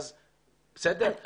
בסדר?